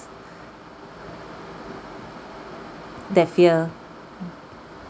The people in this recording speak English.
that fear